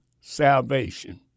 salvation